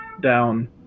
down